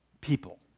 People